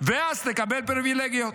ואז תקבל פריבילגיות.